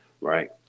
right